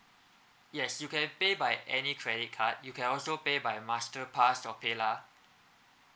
yes you can pay by any credit card you can also pay by masterpass or paylah